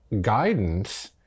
guidance